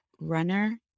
runner